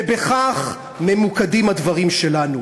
ובכך ממוקדים הדברים שלנו: